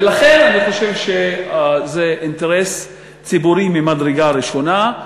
ולכן אני חושב שזה אינטרס ציבורי ממדרגה ראשונה,